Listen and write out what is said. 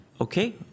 Okay